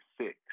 six